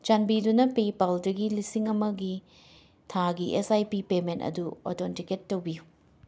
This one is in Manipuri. ꯆꯥꯟꯕꯤꯗꯨꯅ ꯄꯦꯄꯥꯜꯗꯒꯤ ꯂꯤꯁꯤꯡ ꯑꯃꯒꯤ ꯊꯥꯒꯤ ꯑꯦꯁ ꯑꯥꯏ ꯄꯤ ꯄꯦꯃꯦꯟ ꯑꯗꯨ ꯑꯣꯊꯦꯟꯇꯤꯀꯦꯠ ꯇꯧꯕꯤꯌꯨ